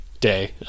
day